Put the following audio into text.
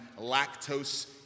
lactose